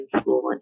school